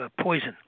poison